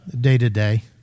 day-to-day